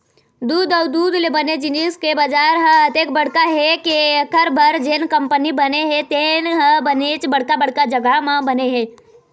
दूद अउ दूद ले बने जिनिस के बजार ह अतेक बड़का हे के एखर बर जेन कंपनी बने हे तेन ह बनेच बड़का बड़का जघा म बने हे